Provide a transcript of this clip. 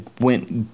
went